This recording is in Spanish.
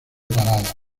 parada